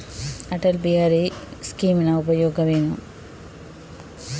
ಅಟಲ್ ಬಿಹಾರಿ ಸ್ಕೀಮಿನ ಉಪಯೋಗವೇನು?